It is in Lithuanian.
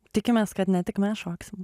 tikimės kad ne tik mes šoksim